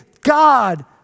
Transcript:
God